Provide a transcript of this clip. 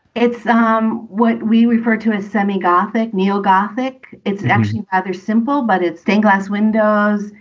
it's um what we refer to as semi gothic neo-gothic. it's actually rather simple, but it's stained glass windows.